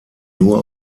nur